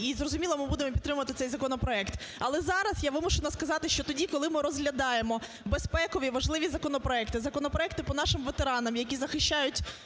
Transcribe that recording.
І, зрозуміло, ми будемо підтримувати цей законопроект. Але зараз я вимушена сказати, що тоді, коли ми розглядаємо безпекові важливі законопроекти, законопроекти по нашим ветеранам, які захищають